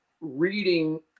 reading